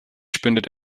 spendet